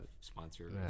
sponsor